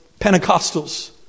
Pentecostals